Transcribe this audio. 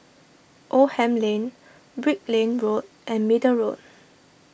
Oldham Lane Brickland Road and Middle Road